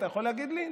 אתה יכול להגיד לי?